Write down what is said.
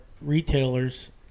retailers